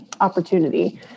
opportunity